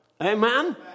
Amen